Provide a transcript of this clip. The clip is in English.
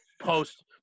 post